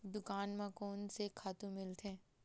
दुकान म कोन से खातु मिलथे?